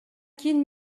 кийин